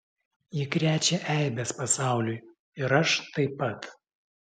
ji krečia eibes pasauliui ir aš taip pat